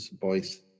boys